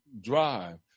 drive